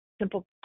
simple